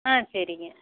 ஆ சரிங்க